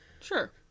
sure